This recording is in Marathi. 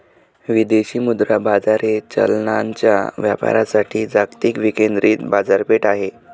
विदेशी मुद्रा बाजार हे चलनांच्या व्यापारासाठी जागतिक विकेंद्रित बाजारपेठ आहे